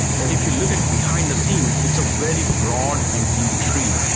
but if you look at behind the scene, it's a very broad and deep tree.